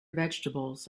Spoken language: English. vegetables